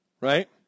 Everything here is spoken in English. right